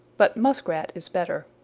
but muskrat is better.